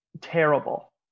terrible